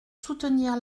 soutenir